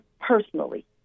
personally